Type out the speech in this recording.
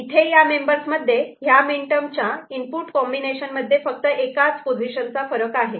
इथे हया मेंबर्स मध्ये हया मीनटर्म च्या इनपुट कॉम्बिनेशन मध्ये फक्त एका पोझिशनचाच फरक आहे